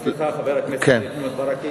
סליחה, חבר הכנסת ברכה.